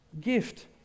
Gift